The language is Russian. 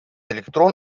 электрон